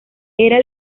era